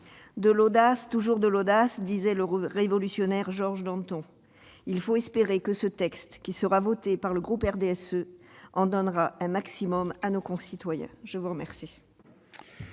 De l'audace, toujours de l'audace », disait le révolutionnaire Georges Danton. Il faut espérer que ce texte, qui sera voté par le groupe du RDSE, en donnera un maximum à nos concitoyens ! Très bien